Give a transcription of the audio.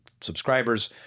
subscribers